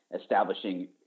establishing